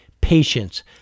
patience